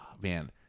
man